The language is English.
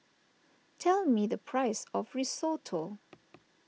tell me the price of Risotto